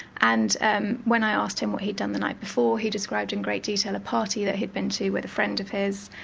and and when i asked him what he'd done the night before he described in great detail a party that he'd been to with a friend of his,